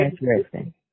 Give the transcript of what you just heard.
interesting